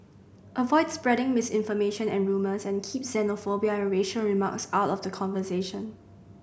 avoid spreading misinformation and rumours and keep xenophobia and racial remarks out of the conversation